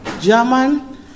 German